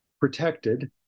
protected